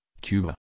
Cuba